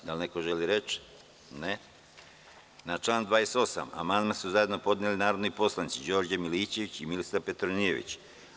Da li neko želi reč? (Ne) Na član 28. amandman su zajedno podneli narodni poslanici Đorđe Milićević i Milisav Petronijević.